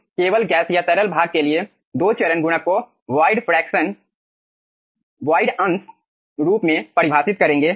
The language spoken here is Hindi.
साथ ही हम केवल गैस या तरल भाग के लिए 2 चरण गुणक को वॉयड फ्रैक्शन रूप में परिभाषित करेंगे